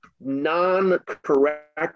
non-correct